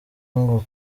nko